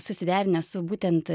susiderinę su būtent